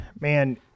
man